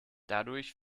dadurch